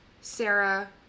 Sarah